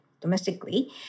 domestically